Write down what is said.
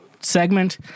segment